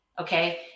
Okay